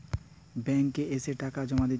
Bank এ এসে টাকা জমা দিতে হবে?